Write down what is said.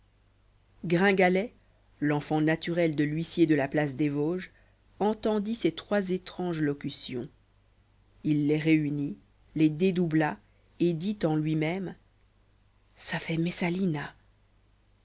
gringalet l'enfant naturel de l'huissier de la place des vosges entendit ces trois étranges locutions il les réunit les dédoubla et dit en lui-même ça fait messalina